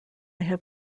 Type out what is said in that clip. have